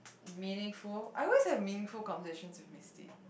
meaningful I always have meaningful conversations with Misty